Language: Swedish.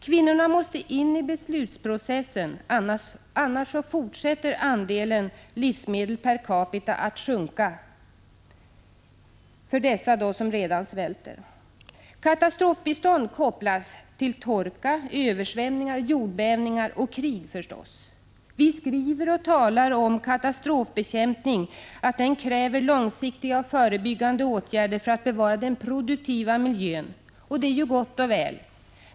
Kvinnorna måste in i beslutsprocessen, annars fortsätter andelen livsmedel per capita att sjunka för dessa som redan svälter. Katastrofbistånd kopplas till torka, översvämningar, jordbävningar och krig — förstås. Vi skriver och talar om att katastrofbekämpning kräver långsiktiga och förebyggande åtgärder för att bevara den produktiva miljön, och det är gott och väl.